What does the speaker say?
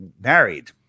married